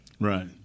Right